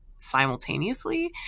simultaneously